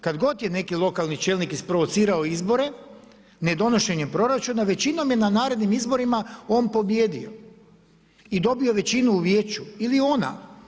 Kad god je neki lokalni čelnik isprovocirao izbore nedonošenjem proračuna većinom je na narednim izborima on pobijedio i dobio većinu u vijeću ili ona.